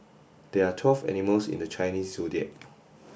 there are twelve animals in the Chinese Zodiac